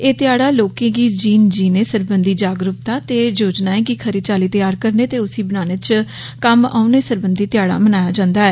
एह् ध्याड़ा लोकें गी जीन जीन जीने सरबंधी जागरूकता ते योजनाएं गी खरी चाल्ली तैयार करने ते उस्सी बनाने च कम्म औने सरबंधी ध्याड़ा मनाया जन्दा ऐ